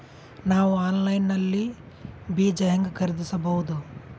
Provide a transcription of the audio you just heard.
ನಾವು ಆನ್ಲೈನ್ ನಲ್ಲಿ ಬೀಜ ಹೆಂಗ ಖರೀದಿಸಬೋದ?